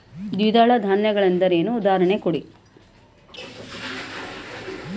ದ್ವಿದಳ ಧಾನ್ಯ ಗಳೆಂದರೇನು, ಉದಾಹರಣೆ ಕೊಡಿ?